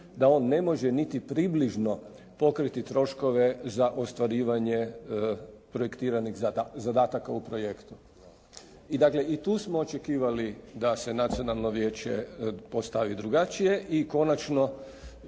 da on ne može niti približno pokriti troškove za ostvarirvanje projektiranih zadataka u projektu. Dakle, i tu smo očekivali da se nacionalno vijeće postavi drugačije i konačno